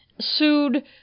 sued